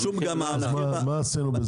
אז מה עשינו בזה?